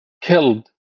killed